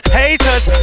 haters